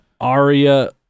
Aria